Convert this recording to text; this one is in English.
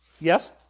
Yes